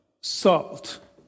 salt